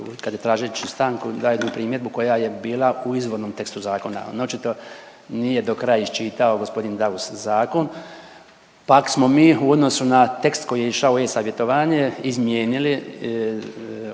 kad je tražeći stanku dao jednu primjedbu koja je bila u izvornom tekstu zakona, no očito nije do kraja iščitao g. Daus zakon. Pak smo mi u odnosu na tekst koji je išao u e-savjetovanje izmijenili obvezu